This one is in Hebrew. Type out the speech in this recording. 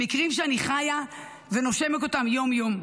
הם מקרים שאני חיה ונושמת יום-יום.